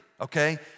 okay